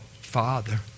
father